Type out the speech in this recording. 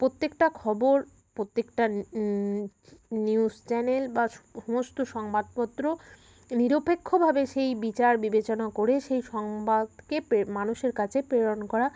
প্রত্যেকটা খবর প্রত্যেকটা নিউজ চ্যানেল বা সমস্ত সংবাদপত্র নিরপেক্ষভাবে সেই বিচার বিবেচনা করে সেই সংবাদকে মানুষের কাছে প্রেরণ করা